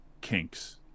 kinks